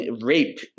rape